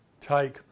take